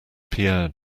pierre